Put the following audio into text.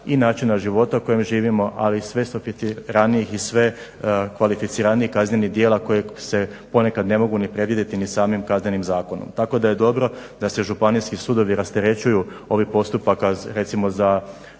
i načina života u kojem živimo, ali sve su u biti …/Govornik se ne razumije./… i sve kvalificiranijih kaznenih djela koja se ponekad ne mogu ni predvidjeti ni samim Kaznenim zakonom. Tako da je dobro da se županijski sudovi rasterećuju ovih postupaka recimo za